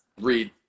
Read